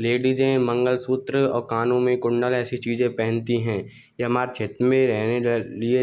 लेडिजें मंगलसूत्र और कानों में कुंडल ऐसी चीज़ें पहनती हैं यह हमारे क्षेत्र में रहने लिए